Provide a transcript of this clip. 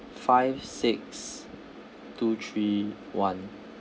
five six two three one